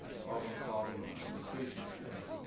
problem solving, and communication skills.